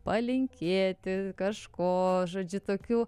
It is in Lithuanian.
palinkėti kažko žodžiu tokių